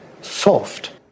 soft